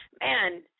man